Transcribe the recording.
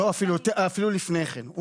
אפילו לפני כן.